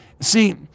See